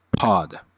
pod